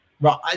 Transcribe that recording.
right